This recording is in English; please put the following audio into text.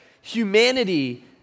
humanity